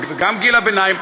וגם גיל הביניים,